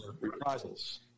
reprisals